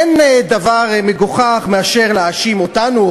אין דבר מגוחך מלהאשים אותנו,